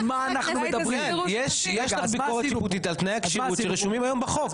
ביקורת שיפוטית על תנאי הכשירות שרשומים היום בחוק,